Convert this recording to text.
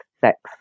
sex